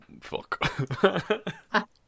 fuck